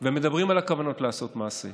ומדברים על כוונות לעשות מעשה.